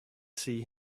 see